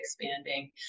expanding